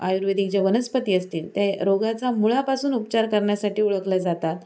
आयुर्वेदिक ज्या वनस्पती असतील त्या रोगाचा मुळापासून उपचार करण्यासाठी ओळखल्या जातात